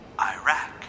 Iraq